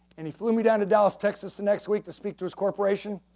and he flew me down to dallas texas the next week to speak to his corporation.